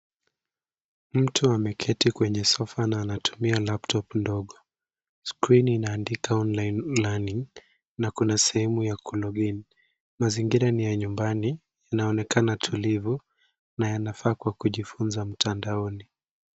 Mtu ameketi kwenye sofa na anatumia laptop ndogo. Skrini inaandika, online learning ,na kuna sehemu ya log in .Mazingira ni ya nyumbani, inaonekana tulivu na yanafaa kwa kujifunza mtandaoni.